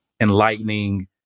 enlightening